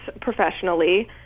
professionally